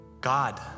God